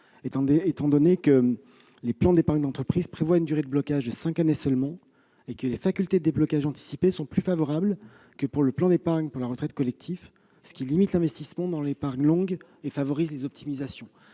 étant donné que les plans d'épargne entreprise prévoient une durée de blocage de cinq années seulement et que les facultés de déblocage anticipé sont plus favorables que pour le plan d'épargne pour la retraite collectif (Perco), ce qui limite l'investissement dans l'épargne longue et favorise les optimisations.